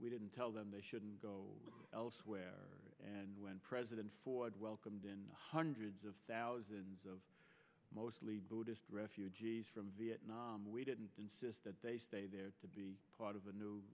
we didn't tell them they should go elsewhere and when president ford welcomed in hundreds of thousands of mostly buddhist refugees from vietnam we didn't insist that they stay there to be part of the new